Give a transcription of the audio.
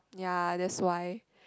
ya that's why